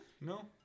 No